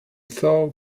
thaw